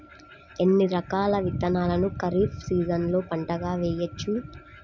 ఎన్ని రకాల విత్తనాలను ఖరీఫ్ సీజన్లో పంటగా వేయచ్చు?